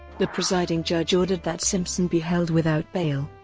the presiding judge ordered that simpson be held without bail.